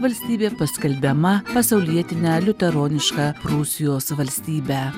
valstybė paskelbiama pasaulietine liuteroniška prūsijos valstybe